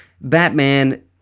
Batman